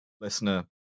listener